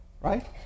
right